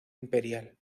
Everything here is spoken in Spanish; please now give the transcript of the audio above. imperial